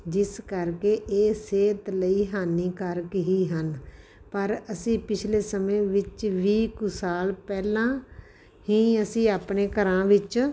ਜਿਸ ਕਰਕੇ ਇਹ ਸਿਹਤ ਲਈ ਹਾਨੀਕਾਰਕ ਹੀ ਹਨ ਪਰ ਅਸੀਂ ਪਿਛਲੇ ਸਮੇਂ ਵਿੱਚ ਵੀਹ ਕੁ ਸਾਲ ਪਹਿਲਾਂ ਹੀ ਅਸੀਂ ਆਪਣੇ ਘਰਾਂ ਵਿੱਚ